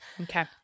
Okay